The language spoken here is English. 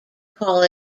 call